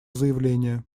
заявление